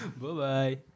Bye-bye